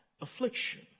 affliction